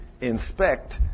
inspect